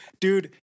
dude